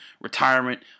retirement